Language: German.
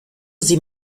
sie